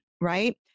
right